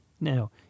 Now